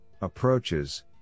approaches